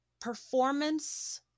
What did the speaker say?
performance